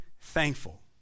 thankful